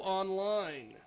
online